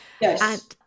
Yes